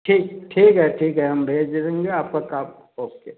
ठीक ठीक है ठीक है हम भेज देंगे आपका काम ओके